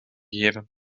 geven